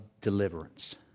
deliverance